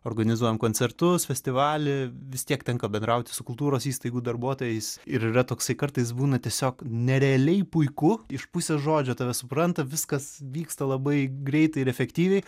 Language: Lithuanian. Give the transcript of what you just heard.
organizuojam koncertus festivalį vis tiek tenka bendrauti su kultūros įstaigų darbuotojais ir yra toksai kartais būna tiesiog nerealiai puiku iš pusės žodžio tave supranta viskas vyksta labai greitai ir efektyviai